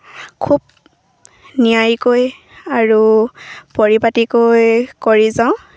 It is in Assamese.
খুব নিয়াৰিকৈ আৰু পৰিপাটিকৈ কৰি যাওঁ